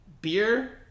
beer